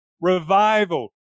revival